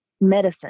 medicine